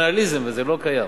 זה פטרנליזם, וזה לא קיים.